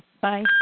Bye